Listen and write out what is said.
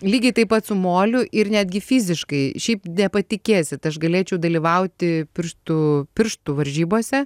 lygiai taip pat su moliu ir netgi fiziškai šiaip nepatikėsit aš galėčiau dalyvauti pirštų pirštų varžybose